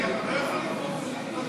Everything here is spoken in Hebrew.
סלח לי,